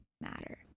matter